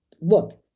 look